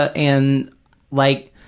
ah and like,